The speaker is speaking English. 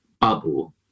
bubble